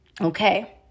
Okay